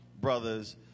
brothers